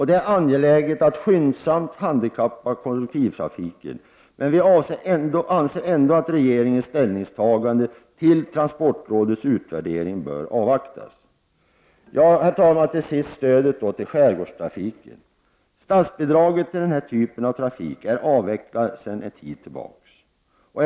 Det är angeläget att skyndsamt handikappanpassa kollektivtrafiken, men vi anser ändå att regeringen bör avvakta med att ta ställning till transportrådets utvärdering. Herr talman! Till sist något om stödet till skärgårdstrafiken. Statsbidraget till denna typ av trafik är avvecklat sedan en tid tillbaka.